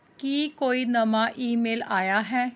ਕੀ ਕੋਈ ਨਵਾਂ ਈਮੇਲ ਆਇਆ ਹੈ